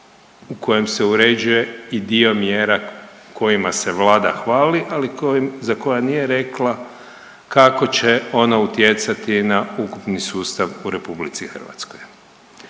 u kojem se uređuje i dio mjera kojima se vlada hvali, a za koja nije rekla kako će ona utjecati na ukupni sustav u RH. A u kojem